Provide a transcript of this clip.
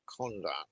conduct